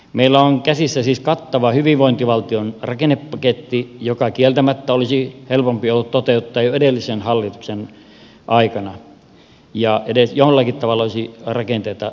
meillä on käsissä siis kattava hyvinvointivaltion rakennepaketti joka kieltämättä olisi helpompi ollut toteuttaa jo edellisen hallituksen aikana jos edes jollakin tavalla olisi rakenteita lähdetty korjaamaan